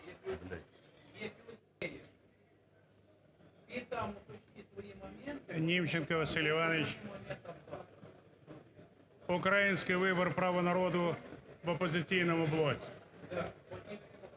Німченко Василь Іванович, "Український вибір – Право народу" в "Опозиційному блоці".